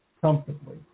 comfortably